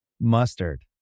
Mustard